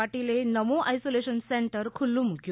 પાટિલે Namo isolation centre ખુલ્લુ મૂક્યું